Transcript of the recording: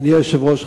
אדוני היושב-ראש,